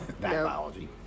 biology